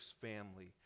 family